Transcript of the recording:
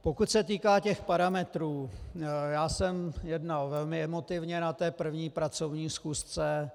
Pokud se týká těch parametrů, já jsem jednal velmi emotivně na té první pracovní schůzce.